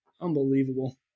Unbelievable